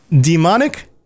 demonic